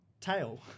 Tail